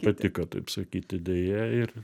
patiko taip sakyti deja ir